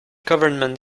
government